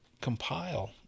compile